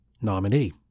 nominee